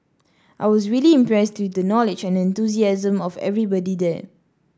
I was really impressed with the knowledge and enthusiasm of everybody there